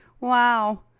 wow